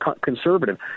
conservative